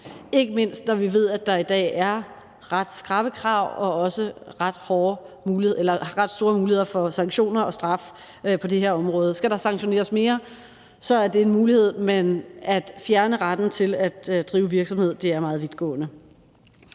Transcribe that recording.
ikke mindst når vi ved, at der i dag er ret skrappe krav og også ret store muligheder for sanktioner og straf på det her område. Skal der sanktioneres mere, er det en mulighed, men at fjerne retten til at drive virksomhed er meget vidtgående.